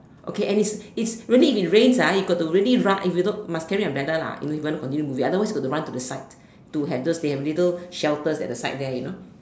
okay and it's it's really if it's rains ah you got to really run if you don't must carry umbrella lah if you want to continue movie otherwise got to run to the side to have those they have little those shelters at the side there you know